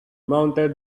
mounted